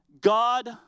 God